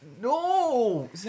No